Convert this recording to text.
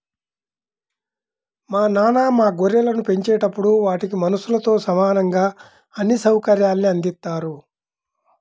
మా నాన్న మా గొర్రెలను పెంచేటప్పుడు వాటికి మనుషులతో సమానంగా అన్ని సౌకర్యాల్ని అందిత్తారు